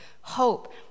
Hope